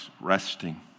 resting